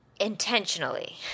Intentionally